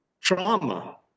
trauma